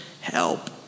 help